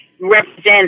represent